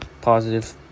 Positive